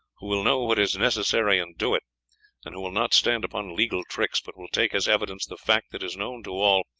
who will know what is necessary and do it and who will not stand upon legal tricks, but will take as evidence the fact that is known to all,